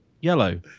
Yellow